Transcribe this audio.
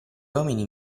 uomini